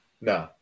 No